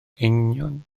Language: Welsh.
eingion